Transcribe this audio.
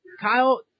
Kyle